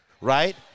right